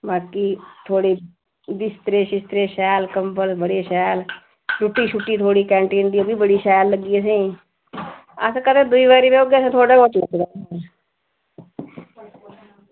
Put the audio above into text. बाकी थुआढ़े बिस्तरे शिस्तरे शैल कम्बल बड़े शैल रुट्टी छुट्टी थुआढ़ी कंटीन दी ओह् बी बड़ी शैल लग्गी असेंगी अस कदें दूई बारी आगेओ ते असें थुआढ़े होटल गै रुकना